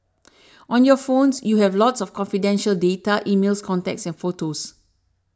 on your phones you have a lot of confidential data emails contacts photos